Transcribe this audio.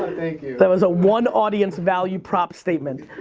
thank you. that was a one audience value prop statement.